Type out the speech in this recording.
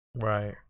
Right